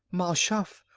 mal shaff,